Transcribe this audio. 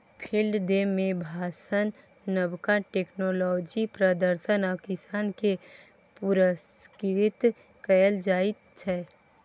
field day मे भाषण, नबका टेक्नोलॉजीक प्रदर्शन आ किसान केँ पुरस्कृत कएल जाइत छै